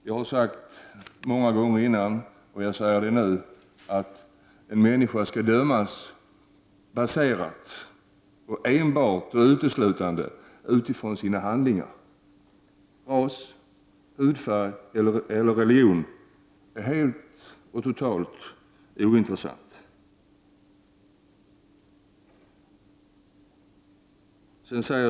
Jag har sagt många gånger tidigare och jag upprepar det nu, att en människa skall dömas uteslutande efter sina handlingar. Ras, hudfärg eller religion är i det sammanhanget totalt ointressanta.